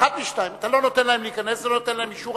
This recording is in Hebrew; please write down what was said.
אחת משתיים: אתה לא נותן להם להיכנס ולא נותן להם אישור,